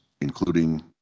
including